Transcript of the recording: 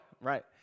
Right